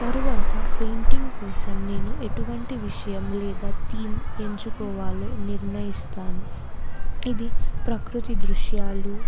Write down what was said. తరువాత పెయింటింగ్ కోసం నేను ఎటువంటి విషయం లేదా థీమ్ ఎంచుకోవాలో నిర్ణయిస్తాను ఇది ప్రకృతి దృశ్యాలు